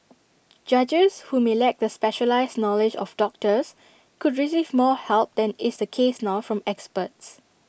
judges who may lack the specialised knowledge of doctors could receive more help than is the case now from experts